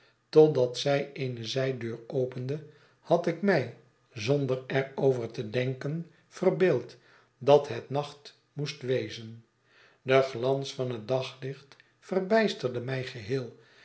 totdat zij eene zijdeur opende had ik mij zonder er over te denken verbeeld dat het nacht moest wezen de glans van het daglicht verbijsterde mij geheel